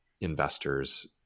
investors